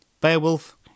Beowulf